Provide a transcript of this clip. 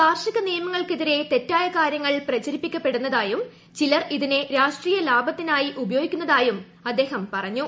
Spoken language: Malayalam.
കാർഷിക നിയമങ്ങൾക്കെതിരെ തെറ്റായ കാരൃങ്ങൾ പ്രചരിപ്പിക്കപ്പെടുന്നതായും ചിലർ ഇതിനെ രാഷ്ട്രീയ ലാഭത്തിനായി ഉപയോഗിക്കുന്നതായും അദ്ദേഹം പറഞ്ഞു